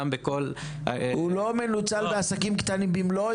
גם בכל --- הוא לא מנוצל בעסקים קטנים במלואו.